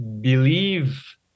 believe